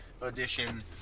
edition